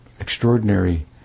extraordinary